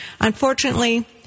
unfortunately